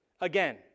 again